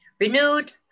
renewed